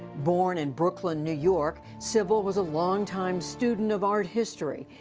born in brooklyn, new york, sybil was a longtime student of art history,